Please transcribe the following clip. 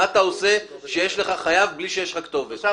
מה אתה עושה כשיש לך חייב בלי שיש לך כתובת.